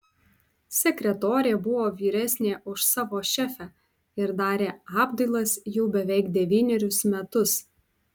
sekretorė buvo vyresnė už savo šefę ir darė apdailas jau beveik devynerius metus